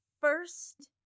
first